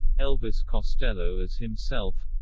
elvis costello as himself